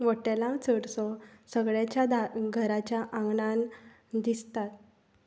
वट्टेलांव चडसो सगळ्यांच्या घरांच्या आंगणांत दिसतात